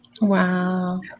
Wow